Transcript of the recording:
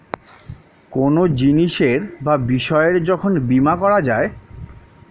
কোনো জিনিসের বা বিষয়ের যখন বীমা করা যায়